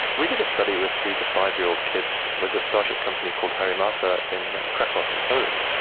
we did a study with three to five year old kids with a start-up company called harimata in a krakow in poland,